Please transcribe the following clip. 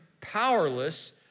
powerless